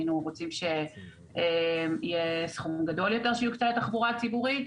היינו רוצים שיהיה סכום גדול יותר שיוקצה לתחבורה הציבורית.